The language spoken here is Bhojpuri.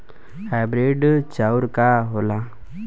हाइब्रिड चाउर का होला?